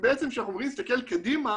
ובעצם כשאנחנו אומרים להסתכל קדימה